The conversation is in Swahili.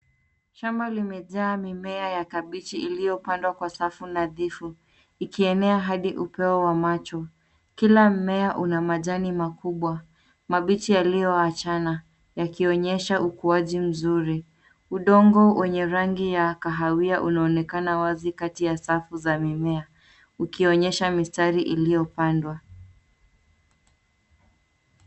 Shamba limejaa mimea ya kabichi iliyopandwa kwa safu nadhifu, ikienea hadi upeo wa macho. Kila mmea una majani makubwa, mabichi yaliyoachana, yakionyesha ukuaji mzuri. Udongo wenye rangi ya kahawia unaonekana wazi kati ya safu za mimea, ukionyesha mistari iliyopandwa.